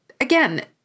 again